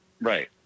Right